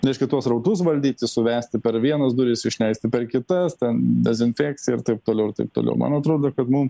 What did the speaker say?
reiškia tuos srautus valdyti suvesti per vienas duris išleisti per kitas ten dezinfekcija ir taip toliau ir taip toliau man atrodo kad mum